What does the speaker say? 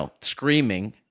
screaming